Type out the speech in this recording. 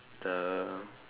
the